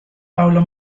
paolo